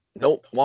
Nope